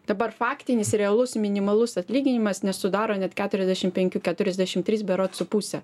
dabar faktinis realus minimalus atlyginimas nesudaro net keturiasdešim penkių keturiasdešim trys berods su puse